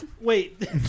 Wait